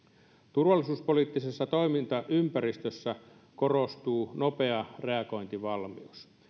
turvallisuuspoliittisessa toimintaympäristössä korostuu nopea reagointivalmius